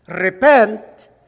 repent